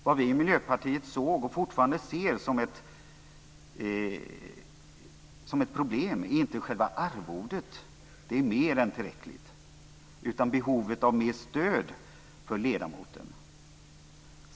Vad vi i Miljöpartiet såg och fortfarande ser som ett problem är inte själva arvodet - det är mer än tillräckligt - utan behovet av mer stöd för ledamöterna.